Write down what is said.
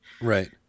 right